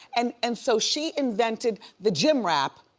and and so she invented the gym wrap.